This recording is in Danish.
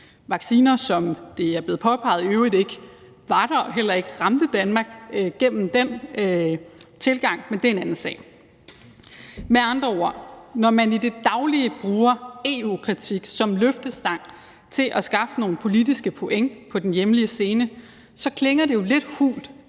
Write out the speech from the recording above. vacciner, som det er blevet påpeget ikke var der og heller ikke ville nå Danmark gennem den tilgang, men det er en anden sag. Kl. 11:00 Med andre ord: Når man i det daglige bruger EU-kritik som løftestang for at skaffe nogle politiske point på den hjemlige scene, klinger det jo lidt hult,